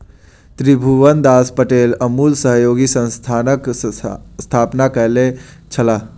त्रिभुवनदास पटेल अमूल सहयोगी संस्थानक स्थापना कयने छलाह